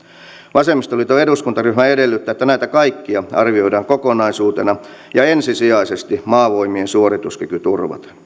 vasemmistoliiton eduskuntaryhmä edellyttää että näitä kaikkia arvioidaan kokonaisuutena ja ensisijaisesti maavoimien suorituskyky turvaten